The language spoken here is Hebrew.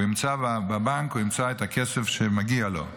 הוא ימצא בבנק את הכסף שמגיע לו.